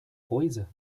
coisa